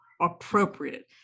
appropriate